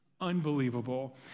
Unbelievable